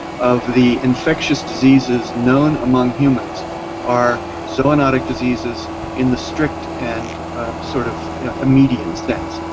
of the infectious diseases known among humans are zoonatic diseases in the strict and sort of immediate sense,